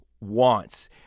wants